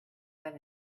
said